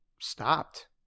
stopped